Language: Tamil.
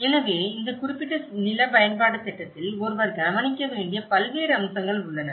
எனவே இந்த குறிப்பிட்ட நில பயன்பாட்டுத் திட்டத்தில் ஒருவர் கவனிக்க வேண்டிய பல்வேறு அம்சங்கள் உள்ளன